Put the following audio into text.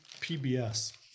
PBS